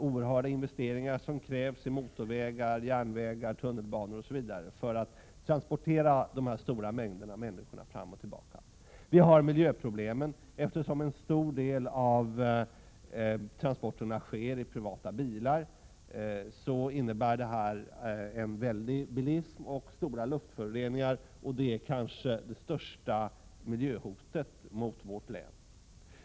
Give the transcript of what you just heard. Oerhörda investeringar krävs i motorvägar, järnvägar, tunnelbanor osv., för att transportera dessa stora mängder människor fram och tillbaka. Vi har miljöproblem. Eftersom en stor del av transporterna sker med privata bilar så innebär det här en väldig bilism och stora luftföroreningar, och det är kanske det största miljöhotet mot vårt län.